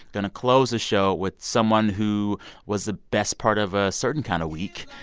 going to close the show with someone who was the best part of a certain kind of week,